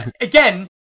again